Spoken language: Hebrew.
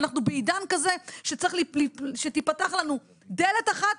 אנחנו בעידן כזה שצריך שתיפתח לנו דלת אחת,